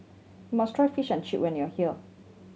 you must try Fish and Chip when you are here